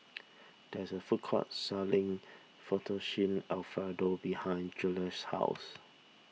there is a food court selling Fettuccine Alfredo behind Julious' house